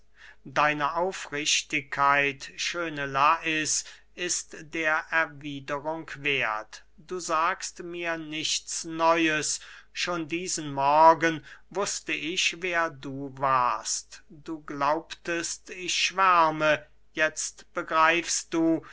deine aufrichtigkeit schöne lais ist der erwiederung werth du sagst mir nichts neues schon diesen morgen wußte ich wer du warst du glaubtest ich schwärme jetzt begreifst du